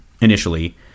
initially